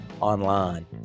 online